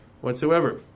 whatsoever